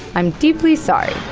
i'm deeply sorry.